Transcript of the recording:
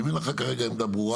ואם אין לך כרגע עמדה ברורה,